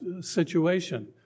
situation